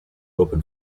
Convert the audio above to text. open